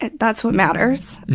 and that's what matters.